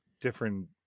different